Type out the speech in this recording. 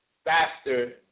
Faster